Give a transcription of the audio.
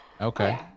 Okay